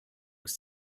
was